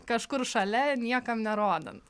kažkur šalia ir niekam nerodant